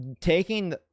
taking